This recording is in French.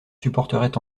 supporterait